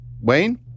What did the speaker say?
Wayne